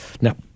Now